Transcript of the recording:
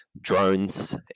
drones